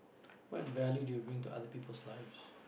what value do you bring to other people's lives